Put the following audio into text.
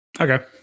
okay